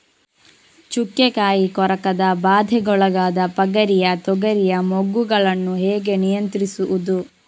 ಚುಕ್ಕೆ ಕಾಯಿ ಕೊರಕದ ಬಾಧೆಗೊಳಗಾದ ಪಗರಿಯ ತೊಗರಿಯ ಮೊಗ್ಗುಗಳನ್ನು ಹೇಗೆ ನಿಯಂತ್ರಿಸುವುದು?